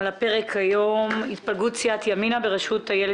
על הפרק היום: התפלגות סיעת ימינה בראשות איילת